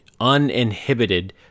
uninhibited